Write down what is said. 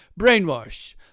Brainwash